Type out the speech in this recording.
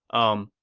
umm,